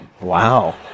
Wow